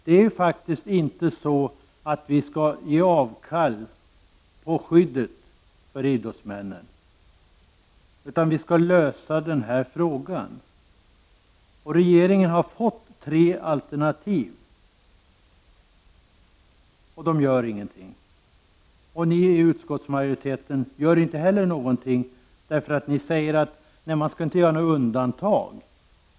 Vi skall inte göra avkall på skyddet för idrottsmän, utan vi skall försöka lösa frågan. Regeringen har fått tre alternativ, men den gör ingenting. Ni i utskottsmajoriteten gör inte heller någonting. Ni säger att man inte skall göra något undantag.